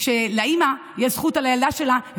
לאימא יש זכות על הילדה שלה,